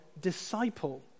disciple